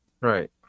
right